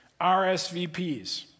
RSVPs